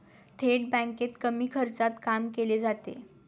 थेट बँकेत कमी खर्चात काम केले जाते